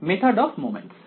method of moments